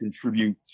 contribute